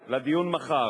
לדיון מחר.